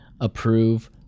approve